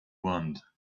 want